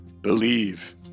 Believe